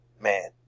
man